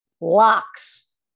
locks